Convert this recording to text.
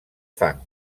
fang